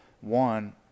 One